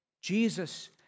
Jesus